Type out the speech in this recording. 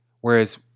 Whereas